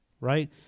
right